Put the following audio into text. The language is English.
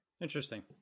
Interesting